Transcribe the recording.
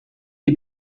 die